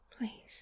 Please